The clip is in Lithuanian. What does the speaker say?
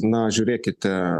na žiūrėkite